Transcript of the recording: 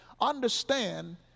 Understand